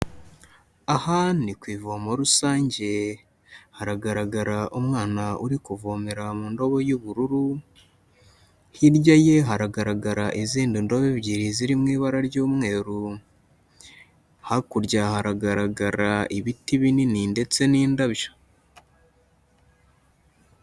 Aha ni ku ivomo rusange, haragaragara umwana uri kuvomera mu ndobo y'ubururu, hirya ye haragaragara izindi ndobo ebyiri ziri mu ibara ry'umweru, hakurya haragaragara ibiti binini ndetse n'indabyo.